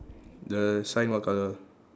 the sign what colour